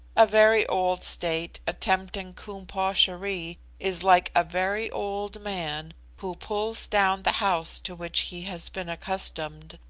a very old state attempting koom-posh-erie is like a very old man who pulls down the house to which he has been accustomed,